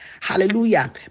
Hallelujah